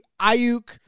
Ayuk